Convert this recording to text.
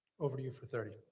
over to you for thirty.